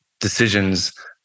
decisions